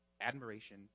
admiration